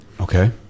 okay